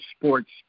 sports